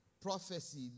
prophecy